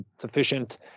sufficient